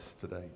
today